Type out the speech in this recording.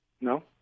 No